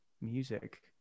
music